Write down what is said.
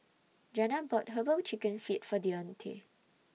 Janna bought Herbal Chicken Feet For Dionte